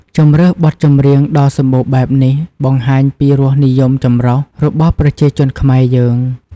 ជម្រើសបទចម្រៀងដ៏សម្បូរបែបនេះបង្ហាញពីរសនិយមចម្រុះ របស់ប្រជាជនខ្មែរយើង។